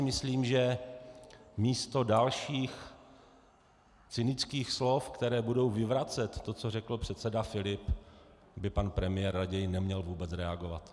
Myslím si, že místo dalších cynických slov, která budou vyvracet to, co řekl předseda Filip, by pan premiér neměl vůbec reagovat.